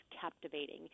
captivating